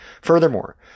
Furthermore